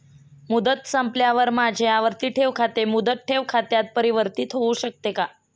मुदत संपल्यावर माझे आवर्ती ठेव खाते मुदत ठेव खात्यात परिवर्तीत होऊ शकते का?